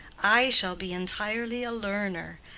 i shall be entirely a learner.